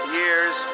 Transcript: years